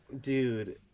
Dude